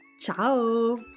Ciao